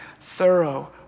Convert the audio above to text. thorough